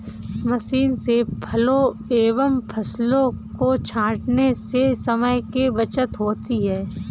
machine से फलों एवं फसलों को छाँटने से समय की बचत होती है